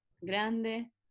grande